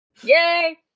Yay